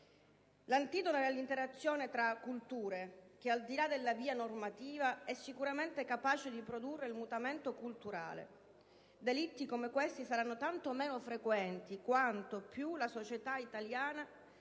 L'antidoto è l'interazione tra culture che, al di là della via normativa, è sicuramente capace di produrre il mutamento culturale. Delitti come questi saranno tanto meno frequenti quanto più la società italiana